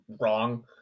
wrong